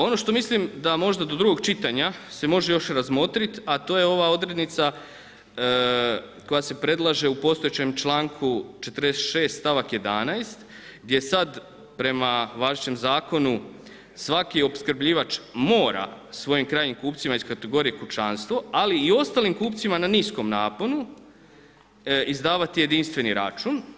Ono što mislim da možda do drugog čitanja se može još razmotriti a to je ova odrednica koja se predlaže u postojećem članku 46. stavak 11. gdje sada prema važećem zakonu svaki opskrbljivač mora svojim krajnjim kupcima iz kategorije kućanstvo ali i ostalim kupcima na niskom naponu izdavati jedinstveni račun.